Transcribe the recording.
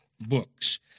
books